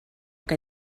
que